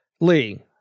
Lee